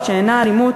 שאינה אלימות,